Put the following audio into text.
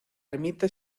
ermita